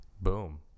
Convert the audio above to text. Boom